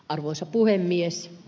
arvoisa puhemies